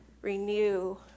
renew